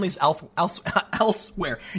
elsewhere